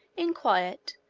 in quiet,